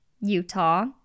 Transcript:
Utah